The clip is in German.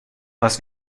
was